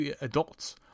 adults